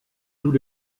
tous